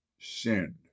sinned